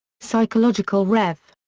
psychological rev.